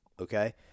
Okay